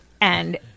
And-